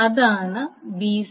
അതാണ് b c